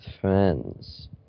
friends